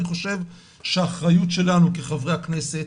אני חושב שהאחריות שלנו כחברי הכנסת